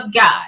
God